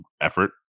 effort